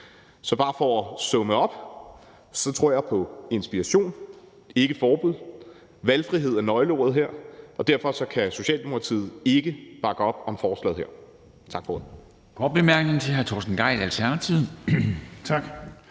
Så for at summere op: Jeg tror på inspiration og ikke forbud. Valgfrihed er her nøgleordet. Derfor kan Socialdemokratiet ikke bakke op om forslaget. Tak for ordet.